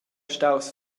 staus